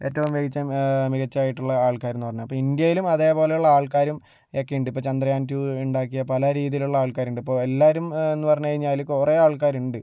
ഏറ്റവും മികച്ച മികച്ചതായിട്ട് ഉള്ള ആൾക്കാരെന്നു പറഞ്ഞാൽ അപ്പോൾ ഇന്ത്യയിലും അതേപോലെയുള്ള ആൾക്കാരും ഒക്കെയുണ്ട് ഇപ്പോൾ ചന്ദ്രയാൻ ടു ഉണ്ടാക്കിയ പല രീതിയിലുള്ള ആൾക്കാരുണ്ട് ഇപ്പോൾ എല്ലാവരും എന്നു പറഞ്ഞു കഴിഞ്ഞാല് കുറേ ആൾക്കാരുണ്ട്